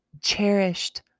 cherished